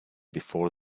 before